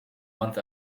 month